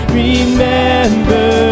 remember